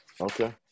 Okay